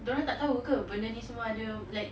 dorang tak tahu ke benda ni semua ada like